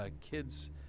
kids